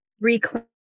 Reclaim